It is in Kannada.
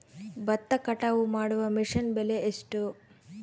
ಭತ್ತ ಕಟಾವು ಮಾಡುವ ಮಿಷನ್ ಬೆಲೆ ಎಷ್ಟು?